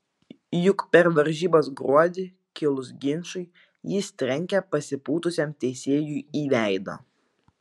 juk per varžybas gruodį kilus ginčui jis trenkė pasipūtusiam teisėjui į veidą